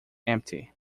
empty